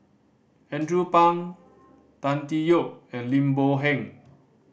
Andrew Phang Tan Tee Yoke and Lim Boon Heng